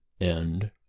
End